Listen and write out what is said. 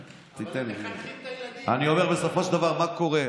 אני אומר, בסופו של דבר מה קורה?